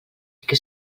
que